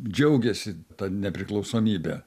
džiaugiasi ta nepriklausomybe